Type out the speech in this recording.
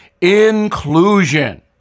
Inclusion